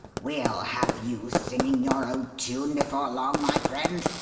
we'll have you singing your old tune before long, my friend,